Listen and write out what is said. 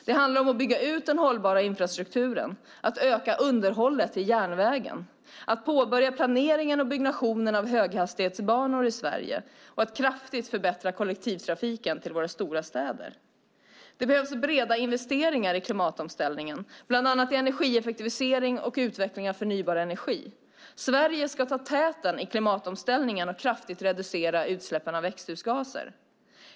Det handlar om att bygga ut den hållbara infrastrukturen, att öka underhållet i järnvägen, att påbörja planeringen och byggnationen av höghastighetsbanor i Sverige och att kraftigt förbättra kollektivtrafiken i våra stora städer. Det behövs breda investeringar i klimatomställningen, bland annat i energieffektivisering och utveckling av förnybar energi. Sverige ska ta täten i klimatomställningen och kraftigt reducera utsläppen av växthusgaser.